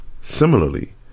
Similarly